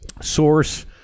source